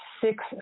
six